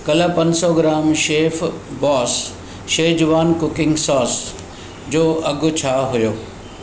कल्ह पंज सौ gram Chef Boss Schezwan cooking sauce जो अघु छा हुयो